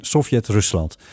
Sovjet-Rusland